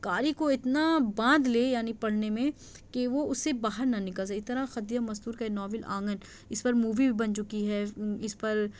کاری کو اتنا باندھ لے یعنی پڑھنے میں کہ وہ اُس سے باہر نہ نکل سکے اتنا خدیجہ مستور کا یہ ناول آنگن اِس پر مووی بھی بن چُکی ہے اِس پر